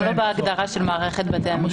הם לא בהגדרה של מערכת בתי המשפט.